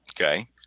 Okay